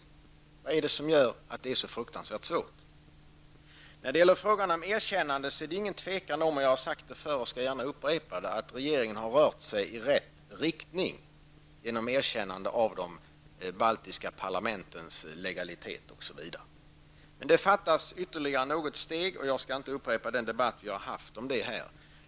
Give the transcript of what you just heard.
Vad är det som gör att det är så fruktansvärt svårt? När det gäller frågan om erkännande råder det inget tvivel om att, jag har sagt det förr och skall gärna upprepa det, regeringen har rört sig i rätt riktning genom erkännandet av de baltiska parlamentens legalitet osv. Det fattas ytterligare något steg, men jag skall inte upprepa den debatt som vi har haft om detta här.